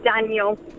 Daniel